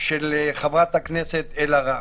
של חברת הכנסת אלהרר.